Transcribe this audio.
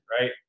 right